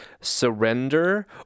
surrender